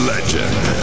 Legend